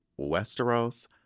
Westeros